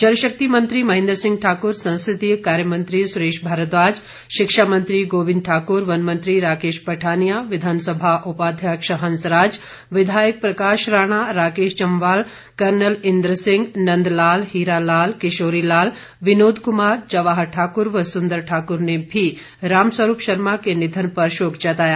जलशक्ति मंत्री महेंद्र सिंह ठाकुर संसदीय कार्य मंत्री सुरेश भारद्वाज शिक्षा मंत्री गोविंद ठाकुर वन मंत्री राकेश पठानिया विधानसभा उपाध्यक्ष हंस राज विधायक प्रकाश राणा राकेश जम्वाल कर्नल इंद्र सिंह नंद लाल हीरा लाल किशोरी लाल विनोद कुमार जवाहर ठाकुर व सुंदर ठाकुर ने भी राम स्वरूप शर्मा के निधन पर शोक जताया